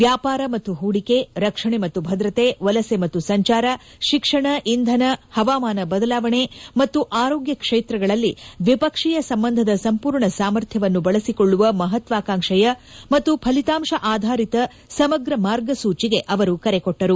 ವ್ಯಾಪಾರ ಮತ್ತು ಹೂಡಿಕೆ ರಕ್ಷಣೆ ಮತ್ತು ಭದ್ರತೆ ವಲಸೆ ಮತ್ತು ಸಂಚಾರ ಶಿಕ್ಷಣ ಇಂಧನ ಹವಾಮಾನ ಬದಲಾವಣೆ ಮತ್ತು ಆರೋಗ್ಯ ಕ್ಷೇತ್ರಗಳಲ್ಲಿ ದ್ವಿಪಕ್ಷೀಯ ಸಂಬಂಧದ ಸಂಪೂರ್ಣ ಸಾಮರ್ಥ್ಯವನ್ನು ಬಳಸಿಕೊಳ್ಳುವ ಮಹತ್ವಾಕಾಂಕ್ಷೆಯ ಮತ್ತು ಫಲಿತಾಂಶ ಆಧಾರಿತ ಸಮಗ್ರ ಮಾರ್ಗಸೂಚಿಗೆ ಅವರು ಕರೆಕೊಟ್ವರು